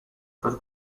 per